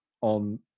on